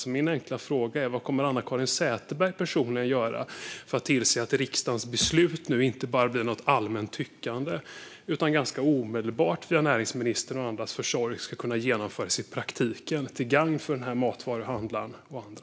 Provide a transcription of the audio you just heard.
Min enkla fråga är: Vad kommer Anna-Caren Sätherberg personligen att göra för att tillse att riksdagens beslut inte bara blir något allmänt tyckande utan för att det ganska omedelbart via näringsministerns och andras försorg ska kunna genomföras i praktiken, till gagn för den här matvaruhandlaren och andra?